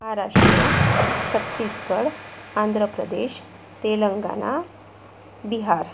Maharashtra Chhattisgarh Andhra Pradesh Telangana Bihar